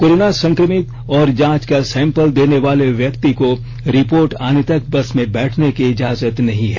corona संक्रमित और जांच का सैंपल देने वाले व्यक्ति को रिपोर्ट आने तक बस में बैठन की इजाजत नहीं है